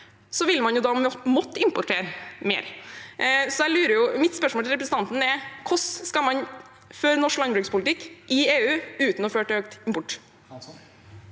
vil man måtte importere mer. Så mitt spørsmål til representanten er: Hvordan skal man føre norsk landbrukspolitikk i EU uten at det fører til økt import?